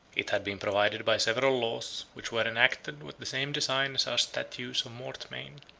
it had been provided by several laws, which were enacted with the same design as our statutes of mortmain,